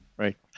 Right